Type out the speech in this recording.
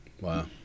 Wow